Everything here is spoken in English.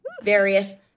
various